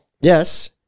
yes